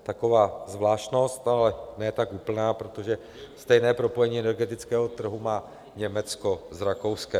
Taková zvláštnost, ale ne tak úplná, protože stejné propojení energetického trhu má Německo s Rakouskem.